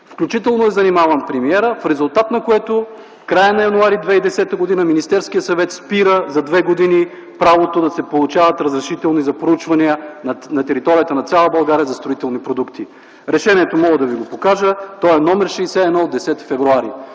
включително е занимаван премиерът, в резултат на което в края на м. януари 2010 г. Министерският съвет спира за две години правото да се получават разрешителни за проучвания на територията на цяла България за строителни продукти. Решението мога да Ви го покажа, то е № 61 от 10 февруари.